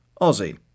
Aussie